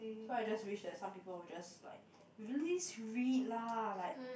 so I just wish that some people will just like really just read lah like